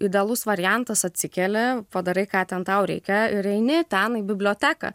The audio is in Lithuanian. idealus variantas atsikeli padarai ką ten tau reikia ir eini ten į biblioteką